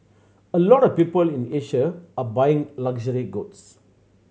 a lot of people in Asia are buying luxury goods